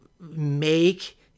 make